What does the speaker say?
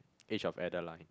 age of Adaline